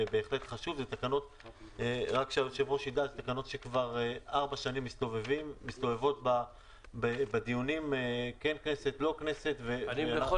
אלה תקנות שכבר ארבע שנים מסתובבות בדיונים בכנסת ולא בכנסת -- בכל